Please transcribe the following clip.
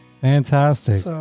Fantastic